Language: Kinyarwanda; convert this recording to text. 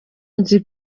nzi